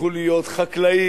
תלכו להיות חקלאים,